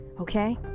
Okay